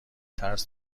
ترس